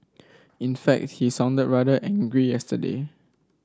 in fact he sounded rather angry yesterday